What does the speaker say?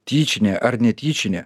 tyčinė ar netyčinė